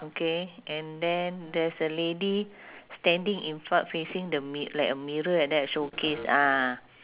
okay and then there's a lady standing in fro~ facing the mi~ like a mirror like that showcase ah